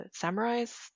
samurais